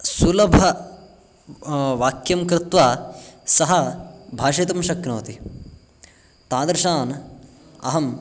सुलभं वाक्यं कृत्वा सः भाषितुं शक्नोति तादृशान् अहम्